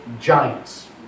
giants